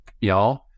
y'all